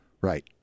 Right